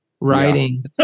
writing